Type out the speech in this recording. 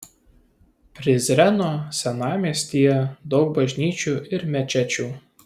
prizreno senamiestyje daug bažnyčių ir mečečių